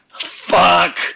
Fuck